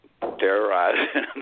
terrorizing